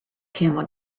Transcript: camel